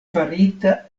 farita